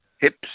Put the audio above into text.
hips